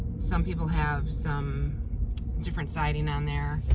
some people have some different siding on there.